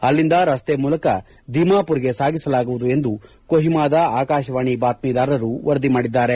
ಅಲ್ಲಿಂದ ರಸ್ತೆ ಮೂಲಕ ದಿಮಾಪುರ್ಗೆ ಸಾಗಿಸಲಾಗುವುದು ಎಂದು ಕೊಹಿಮಾದ ಆಕಾಶವಾಣಿ ಬಾತ್ಮೀದಾರರು ವರದಿ ಮಾಡಿದ್ದಾರೆ